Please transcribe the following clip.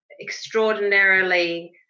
extraordinarily